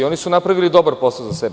Oni su napravili dobar posao za sebe.